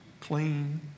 clean